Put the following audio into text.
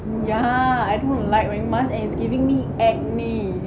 yeah I don't like wearing mask and its giving me acne